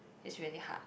it's really hard